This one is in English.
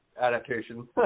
adaptation